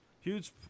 huge